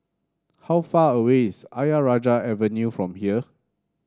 how far away is Ayer Rajah Avenue from here